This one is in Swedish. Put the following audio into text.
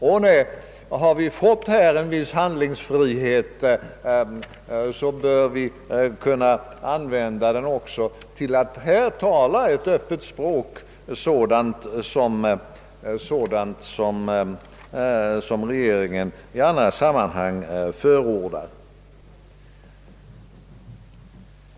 Ånej, har vi fått en viss handlingsfrihet i det ena fallet, så bör vi också kunna använda den och tala ett öppet språk om sådant som regeringen i andra sammanhang förordar.